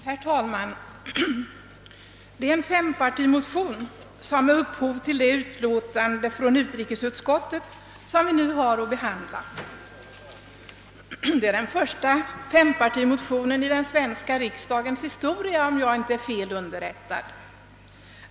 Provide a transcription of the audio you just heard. Herr talman! Den fempartimotion som är upphov till det utlåtande från utrikesutskottet som vi nu har att behandla är den första i den svenska riksdagens historia, om jag inte är fel underrättad.